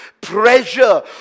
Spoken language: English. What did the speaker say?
pressure